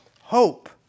hope